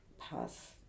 pass